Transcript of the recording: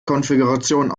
konfiguration